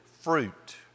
fruit